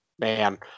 Man